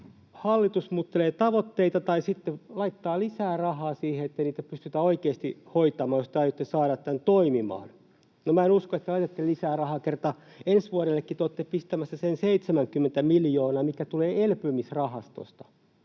hallitus muuttelee tavoitteita tai sitten laittaa lisää rahaa siihen, että pystytään oikeasti hoitamaan, jos te aiotte saada tämän toimimaan. No, minä en usko, että laitatte lisää rahaa, kerta ensi vuodellekin te olette pistämässä sen 70 miljoonaa, mikä tulee elpymisrahastosta.